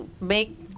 make